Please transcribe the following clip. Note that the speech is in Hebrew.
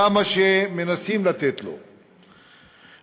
כמה שמנסים לתת לו,